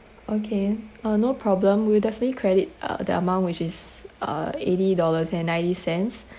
okay uh no problem we'll definitely credit uh the amount which is uh eighty dollars and ninety cents